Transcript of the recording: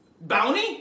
bounty